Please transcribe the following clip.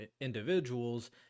individuals